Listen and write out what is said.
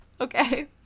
okay